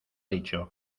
dicho